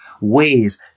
ways